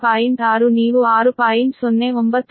6 ನೀವು 6